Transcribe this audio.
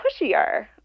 pushier